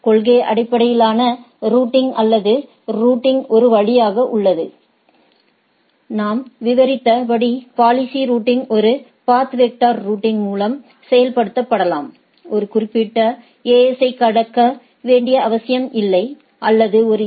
கொள்கை அடிப்படையிலான ரூட்டிங் அல்லது பாலிசி ரூட்டிங்க்கு ஒரு வழி உள்ளது நாம் விவரித்த படி பாலிசி ரூட்டிங் ஒரு பாத் வெக்டர் ரூட்டிங் மூலம் செயல்படுத்தப்படலாம் ஒரு குறிப்பிட்ட AS ஐ கடக்க வேண்டிய அவசியமில்லை அல்லது ஒரு ஏ